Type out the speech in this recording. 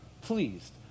pleased